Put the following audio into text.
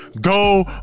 Go